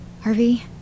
Harvey